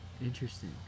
Interesting